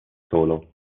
solo